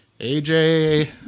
AJ